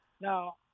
Now